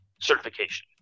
certification